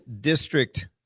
district